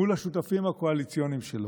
מול השותפים הקואליציוניים שלו.